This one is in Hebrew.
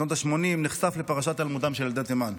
ובשנות השמונים נחשף לפרשת היעלמותם של ילדי תימן.